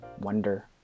wonder